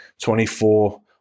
24